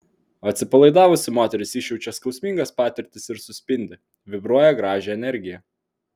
o atsipalaidavusi moteris išjaučia skausmingas patirtis ir suspindi vibruoja gražią energiją